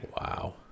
Wow